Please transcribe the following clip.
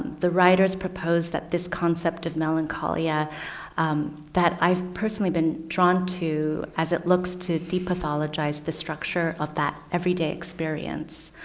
the writers proposed that this concept of melancholia that i've personally been drawn to as it looks to depathologize, the structure of that everyday experience,